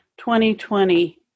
2020